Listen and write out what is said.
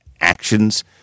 actions